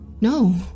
no